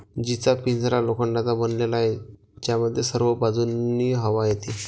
जीचा पिंजरा लोखंडाचा बनलेला आहे, ज्यामध्ये सर्व बाजूंनी हवा येते